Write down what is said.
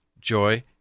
joy